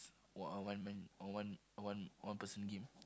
one on one one on one one person game